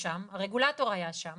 הרגולטור היה שם